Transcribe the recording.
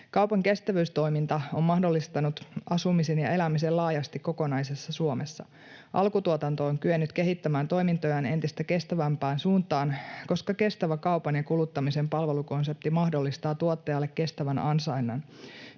Kaupan kestävyystoiminta on mahdollistanut asumisen ja elämisen laajasti kokonaisessa Suomessa. Alkutuotanto on kyennyt kehittämään toimintojaan entistä kestävämpään suuntaan, koska kestävä kaupan ja kuluttamisen palvelukonsepti mahdollistaa tuottajalle kestävän ansainnan,